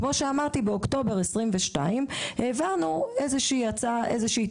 כפי שאמרתי, באוקטובר 2022, העברנו טיוטה